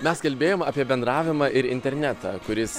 mes kalbėjom apie bendravimą ir internetą kuris